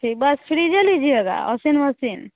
एक बार फ्रीजर लीजियेगा और फिर मसीन